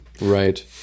right